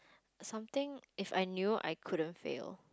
something if I knew I couldn't fail